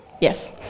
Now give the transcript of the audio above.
Yes